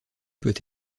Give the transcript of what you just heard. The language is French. peut